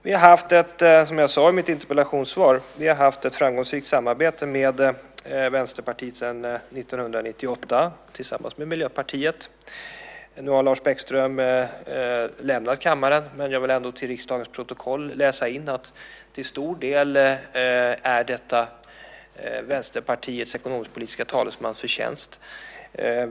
Som jag sade i mitt interpellationssvar har vi tillsammans med Miljöpartiet haft ett framgångsrikt samarbete med Vänsterpartiet sedan 1998. Nu har Lars Bäckström lämnat kammaren, men jag vill ändå till riksdagens protokoll få fört att detta till stor del är Vänsterpartiets ekonomisk-politiska talesmans förtjänst.